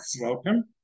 Welcome